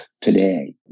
today